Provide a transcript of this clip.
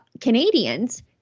Canadians